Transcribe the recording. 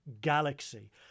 Galaxy